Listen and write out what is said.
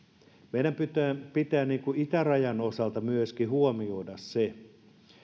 meidän pitää pitää itärajan osalta myöskin huomioida se